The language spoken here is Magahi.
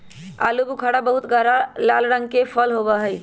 आलू बुखारा बहुत गहरा लाल रंग के फल होबा हई